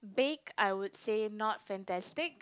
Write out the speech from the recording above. bake I would say not fantastic